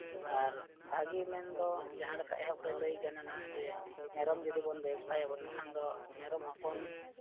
ᱟᱨ ᱵᱷᱟᱹᱜᱤ ᱢᱮᱱᱫᱚ ᱡᱟᱦᱟᱸᱞᱮᱠᱟ ᱮᱦᱚᱵ ᱨᱮ ᱞᱟᱹᱭᱚᱜ ᱠᱟᱱᱟ ᱡᱮ ᱢᱮᱨᱚᱢ ᱡᱩᱫᱤ ᱵᱚᱱ ᱵᱮᱵᱽᱥᱟᱭᱟᱵᱚᱱ ᱮᱱᱠᱷᱟᱱ ᱫᱚ ᱢᱮᱨᱚᱢ ᱦᱚᱯᱚᱱ